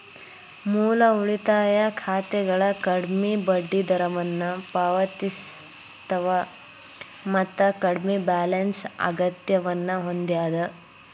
ಮೂಲ ಉಳಿತಾಯ ಖಾತೆಗಳ ಕಡ್ಮಿ ಬಡ್ಡಿದರವನ್ನ ಪಾವತಿಸ್ತವ ಮತ್ತ ಕಡ್ಮಿ ಬ್ಯಾಲೆನ್ಸ್ ಅಗತ್ಯವನ್ನ ಹೊಂದ್ಯದ